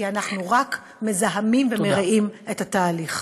כי אנחנו רק מזהמים ומרעים את התהליך.